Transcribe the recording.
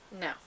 no